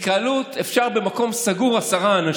10. הצבעה.